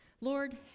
Lord